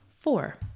Four